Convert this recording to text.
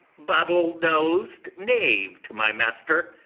bottle-nosed knave to my master,